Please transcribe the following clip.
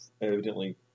evidently